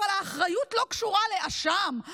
אבל האחריות לא קשורה לאשם,